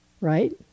right